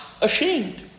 ashamed